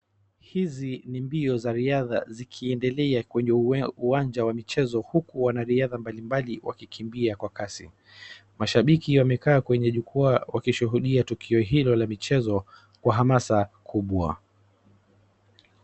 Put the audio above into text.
Hizi ni mbio za riadha zikiendelea kwenye uwanja wa michezo huku wanariadha mbalimbali wakikimbia kwa kasi. Mashabiki wamekaa kwenye jukwaa wakishuhudia tukio hilo la michezo kwa amasa kubwa.